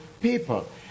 people